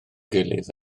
gilydd